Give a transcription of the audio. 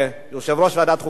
יושב-ראש ועדת החוקה,